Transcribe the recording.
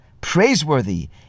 Praiseworthy